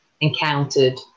encountered